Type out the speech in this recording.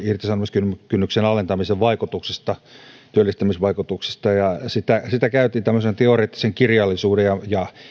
irtisanomiskynnyksen alentamisen työllistämisvaikutuksista ja tämmöisen teoreettisen kirjallisuuden ja ja